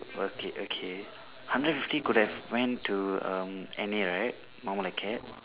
okay okay hundred fifty could have went to um any right normal acad